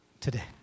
today